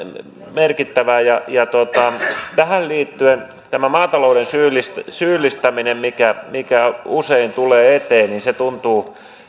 merkittävää tähän liittyen tämä maatalouden syyllistäminen mikä mikä usein tulee eteen tuntuu